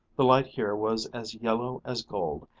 the light here was as yellow as gold,